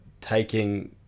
taking